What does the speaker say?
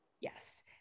yes